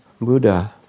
Buddha